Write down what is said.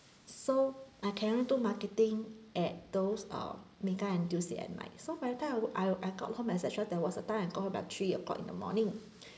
so I can only do marketing at those uh mega N_T_U_C at night so by the time I I I got home et cetera there was a time I got home about three o'clock in the morning